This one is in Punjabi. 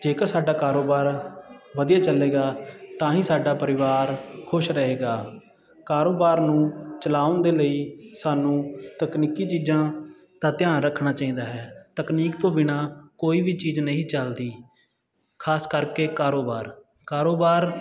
ਜੇਕਰ ਸਾਡਾ ਕਾਰੋਬਾਰ ਵਧੀਆ ਚੱਲੇਗਾ ਤਾਂ ਹੀ ਸਾਡਾ ਪਰਿਵਾਰ ਖੁਸ਼ ਰਹੇਗਾ ਕਾਰੋਬਾਰ ਨੂੰ ਚਲਾਉਣ ਦੇ ਲਈ ਸਾਨੂੰ ਤਕਨੀਕੀ ਚੀਜ਼ਾਂ ਦਾ ਧਿਆਨ ਰੱਖਣਾ ਚਾਹੀਦਾ ਹੈ ਤਕਨੀਕ ਤੋਂ ਬਿਨਾਂ ਕੋਈ ਵੀ ਚੀਜ਼ ਨਹੀਂ ਚੱਲਦੀ ਖਾਸ ਕਰਕੇ ਕਾਰੋਬਾਰ ਕਾਰੋਬਾਰ